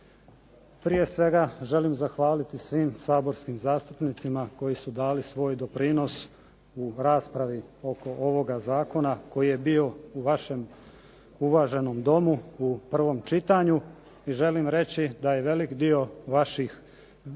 Prije svega želim zahvaliti svim saborskim zastupnicima koji su dali svoj doprinos u raspravi oko ovoga zakona koji je bio u vašem uvaženom Domu u prvom čitanju i želim reći da je velik dio vaših primjedbi,